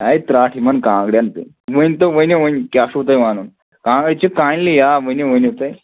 اَے ترٛٹھ یِمَن کانٛگٕریَن پیٚوان ؤنۍتو ؤنِو وۅنۍ کیٛاہ چھُ تۄہہِ وَنُن کانٛگٕر چھِ کانِلی آ ؤنِو ؤنِو تُہۍ